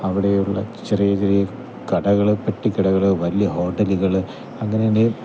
അവടെയുള്ള ചെറിയ ചെറിയ കടകൾ പെട്ടിക്കടകൾ വലിയ ഹോട്ടലുകൾ അങ്ങനെ